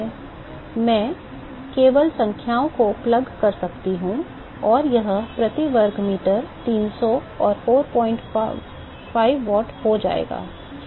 मैं केवल संख्याओं को प्लग कर सकता हूं और यह प्रति वर्ग मीटर 300 और 45 वाट हो जाएगा